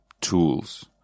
tools